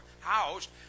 housed